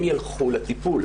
הם ילכו לטיפול.